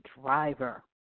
driver